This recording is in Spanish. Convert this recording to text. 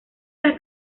las